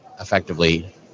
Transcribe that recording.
effectively